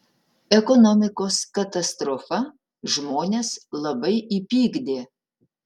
ekonomikos katastrofa žmones labai įpykdė